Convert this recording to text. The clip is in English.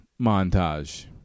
montage